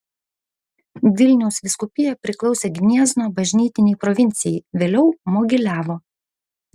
vilniaus vyskupija priklausė gniezno bažnytinei provincijai vėliau mogiliavo